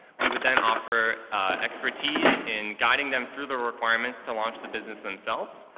we would then offer expertise in guiding them through the requirements to launch the business themselves,